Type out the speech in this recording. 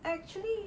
actually